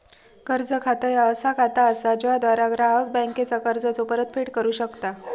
कर्ज खाता ह्या असा खाता असा ज्याद्वारा ग्राहक बँकेचा कर्जाचो परतफेड करू शकता